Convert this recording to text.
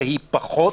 שהיא פחות